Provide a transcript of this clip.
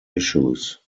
issues